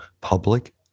Public